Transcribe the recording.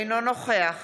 אינו נוכח